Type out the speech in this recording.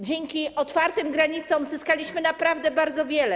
Dzięki otwartym granicom zyskaliśmy naprawdę bardzo wiele.